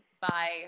Bye